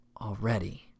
already